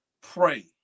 Pray